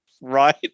right